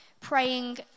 praying